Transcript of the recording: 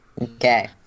Okay